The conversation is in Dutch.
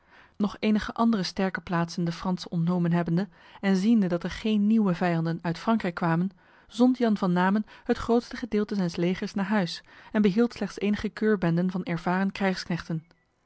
nog enige andere sterke plaatsen de fransen ontnomen hebbende en ziende dat er geen nieuwe vijanden uit frankrijk kwamen zond jan van namen het grootste gedeelte zijns legers naar huis en behield slechts enige keurbenden van ervaren